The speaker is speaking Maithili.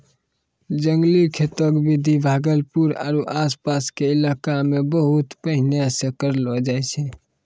जंगली खेती के विधि भागलपुर आरो आस पास के इलाका मॅ बहुत पहिने सॅ करलो जाय छै